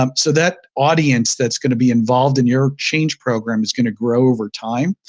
um so that audience that's going to be involved in your change program is going to grow over time,